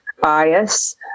bias